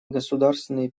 государственные